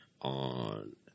on